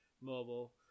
mobile